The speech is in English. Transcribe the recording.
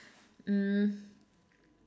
mm